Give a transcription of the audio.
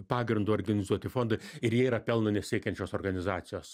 pagrindu organizuoti fondai ir jie yra pelno nesiekiančios organizacijos